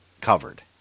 covered